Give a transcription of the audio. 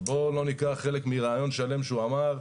ובואו לא ניקח חלק מריאיון שלם שהוא אמר,